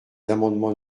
amendements